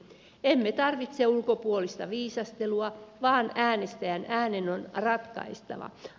emme tarvitse ulkopuolista viisastelua vaan äänestäjän äänen on ratkaistava